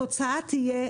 התוצאה תהיה,